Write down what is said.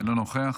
אינו נוכח.